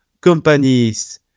companies